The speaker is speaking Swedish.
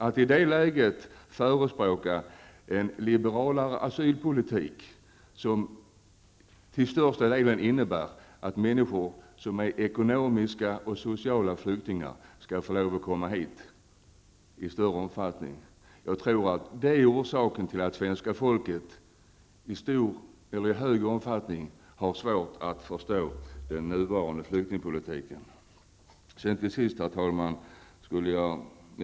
Att i det läget förespråka en liberalare asylpolitik, som till största delen innebär att människor som är ekonomiska eller sociala flyktingar skall få komma hit i större omfattning, tror jag är orsaken till att svenska folket i hög grad har svårt att förstå den nuvarande flyktingpolitiken. Till sist, herr talman, en annan sak.